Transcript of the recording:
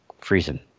freezing